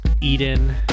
Eden